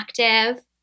active